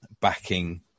backing